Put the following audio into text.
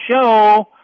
show